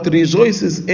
rejoices